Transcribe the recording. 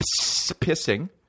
pissing